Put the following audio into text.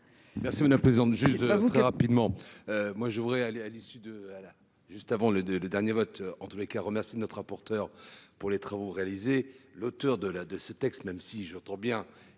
Merci madame la présidente.